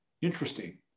Interesting